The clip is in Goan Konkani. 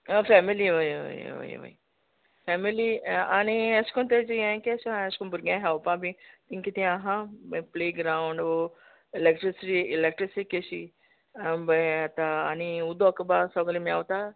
फॅमिली हय हय हय हय फॅमिली आनी एश कोन तेजें यें केशें आ एश कोन भुरग्यां खेळपाक बी थिंग कितें आसा प्ले ग्रावंड ओ इलॅक्ट्रिसिरी इलॅक्ट्रिसी केशी बय आतां आनी उदक बा सोगल् मेळटा